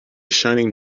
shining